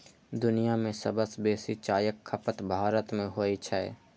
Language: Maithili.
दुनिया मे सबसं बेसी चायक खपत भारत मे होइ छै